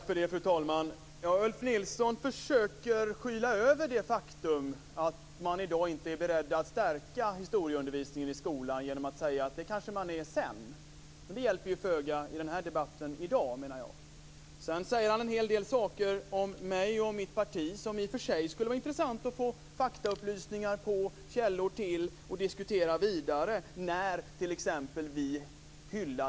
Fru talman! Ulf Nilsson försöker skyla över det faktum att man i dag inte är beredd att stärka historieundervisningen i skolan genom att säga att det kanske man blir sedan. Men det hjälper ju föga i debatten i dag. Sedan säger han en hel del saker om mig och om mitt parti, som det i och för sig skulle vara intressant att få faktaupplysningar om och källor till och diskutera vidare.